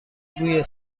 بوی